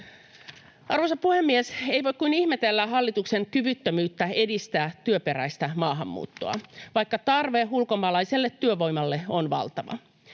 Arvoisa puhemies! Ei voi kuin ihmetellä hallituksen kyvyttömyyttä edistää työperäistä maahanmuuttoa, vaikka tarve ulkomaalaiselle työvoimalle on valtava.